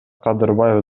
кадырбаев